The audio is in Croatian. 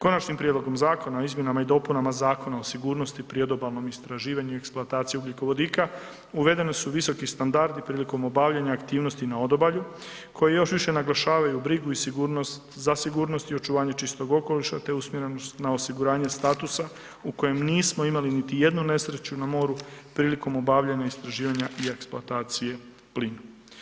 Konačnim prijedlogom zakona o izmjenama i dopunama Zakona o sigurnosti pri odobalnom istraživanju i eksploataciji ugljikovodika, uvedeni su visoki standardi prilikom obavljanja aktivnosti na odobalju koji još više naglašavaju brigu i sigurnost, za sigurnost i očuvanje čistog okoliša te usmjerenost na osiguranje statusa u kojem nismo imali niti jednu nesreću na moru prilikom obavljanja istraživanja i eksploatacije plina.